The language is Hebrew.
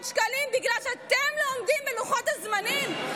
שקלים בגלל שאתם לא עומדים בלוחות הזמנים,